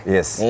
Yes